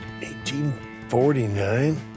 1849